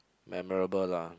memorable lah